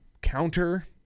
counter